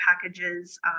packages